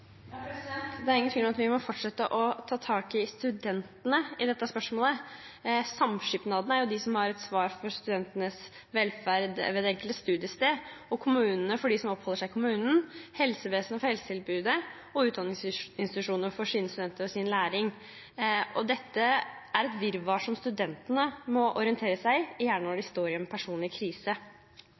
Det er ingen tvil om at vi må fortsette å ta tak i studentene i dette spørsmålet. Samskipnadene er jo de som har ansvar for studentenes velferd ved det enkelte studiested, og kommunene for dem som oppholder seg i kommunen, helsevesenet for helsetilbudet og utdanningsinstitusjonene for sine studenter og deres læringsmiljø. Dette er et virvar som studentene må orientere seg i, gjerne når de står i en personlig krise.